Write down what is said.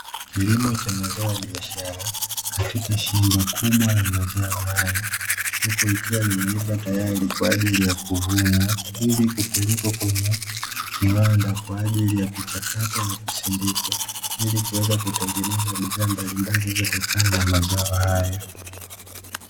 Kilimo cha mazao ya biashara katika shamba kubwa la mazao hayo, huku ikiwa imeiva tayari kwa ajili ya kuvunwa ili kupelekwa kwenye kiwanda kwa ajili ya kuchakatwa na kusindikwa, ili kuweza kutengeneza bidhaa mbalimbali zinazotokana na mazao haya.